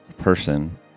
person